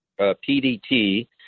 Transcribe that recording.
PDT